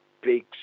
big